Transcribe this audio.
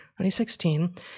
2016